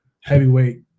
heavyweight